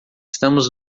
estamos